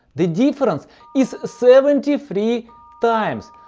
the difference is seventy three times.